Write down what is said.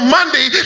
Monday